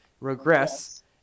regress